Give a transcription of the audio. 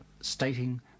stating